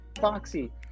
Foxy